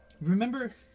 Remember